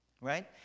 right